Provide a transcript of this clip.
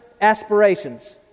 aspirations